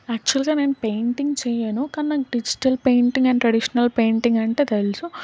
యాక్చువల్గా నేను పెయింటింగ్ చేయను కానీ నాకు digital painting and traditional painting అంటే తెలుసు